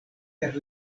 per